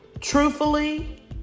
Truthfully